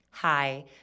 Hi